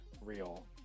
real